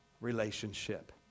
relationship